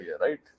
right